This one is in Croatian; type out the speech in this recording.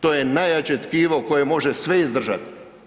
To je najjače tkivo koje može sve izdržati.